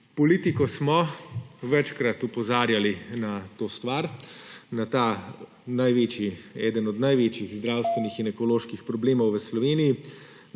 Politiko smo večkrat opozarjali na to stvar, na tega enega od največjih zdravstvenih in ekoloških problemov v Sloveniji.